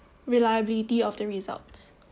reliability of the results